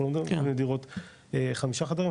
אנחנו לא מכוונים לדירות חמישה חדרים,